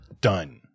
Done